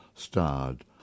starred